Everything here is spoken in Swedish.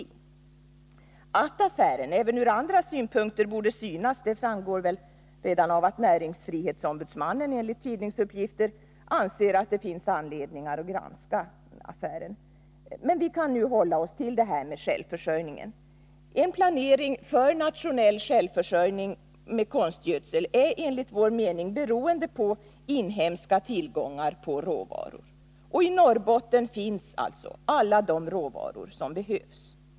Att man borde syna affären även ur andra synpunkter än självförsörjningssynpunkt framgår väl också av att näringsfrihetsombudsmannen enligt tidningsuppgifter anser att det finns anledning att granska affären. Men vi kan nu hålla oss till självförsörjningen. En planering för nationell självförsörjning med konstgödsel är enligt vår mening beroende av inhemska tillgångar på råvaror. I Norrbotten finns alla de råvaror som behövs.